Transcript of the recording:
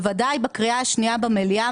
בוודאי בקריאה השנייה במליאה,